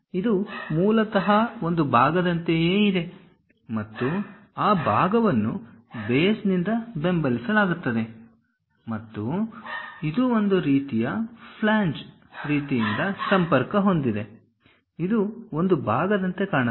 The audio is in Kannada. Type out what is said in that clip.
ಆದ್ದರಿಂದ ಇದು ಮೂಲತಃ ಒಂದು ಭಾಗದಂತೆಯೇ ಇದೆ ಮತ್ತು ಆ ಭಾಗವನ್ನು ಬೇಸ್ನಿಂದ ಬೆಂಬಲಿಸಲಾಗುತ್ತದೆ ಮತ್ತು ಇದು ಒಂದು ರೀತಿಯ ಫ್ಲೇಂಜ್ ರೀತಿಯಿಂದ ಸಂಪರ್ಕ ಹೊಂದಿದೆ ಇದು ಒಂದು ಭಾಗದಂತೆ ಕಾಣುತ್ತದೆ